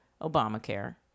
Obamacare